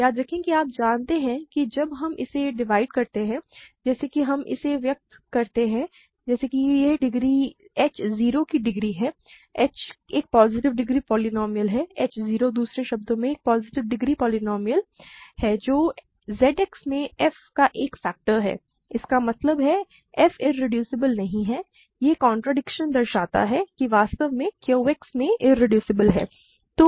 याद रखें कि आप जानते हैं कि जब हम इसे डिवाइड करते हैं जैसे हम इसे व्यक्त करते हैं जैसे कि यह डिग्री h 0 की डिग्री है और h एक पॉजिटिव डिग्री पोलीनोमिअल है h 0 दूसरे शब्दों में एक पॉजिटिव डिग्री इन्टिजर पोलीनोमिअल है जो Z X में f का एक फैक्टर है इसका मतलब है f इरेड्यूसिबल नहीं है यह कॉन्ट्रडिक्शन दर्शाता है कि f वास्तव में Q X में इरेड्यूसिबल है